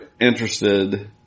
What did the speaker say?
interested